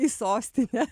į sostinę